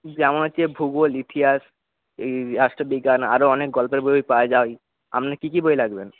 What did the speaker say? যেমন হচ্ছে ভুগোল ইতিহাস এই রাষ্ট্রবিজ্ঞান আরও অনেক গল্পের বইও পাওয়া যাবে আপনার কী কী বই লাগবে